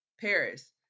Paris